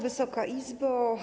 Wysoka Izbo!